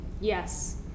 Yes